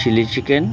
chili chicken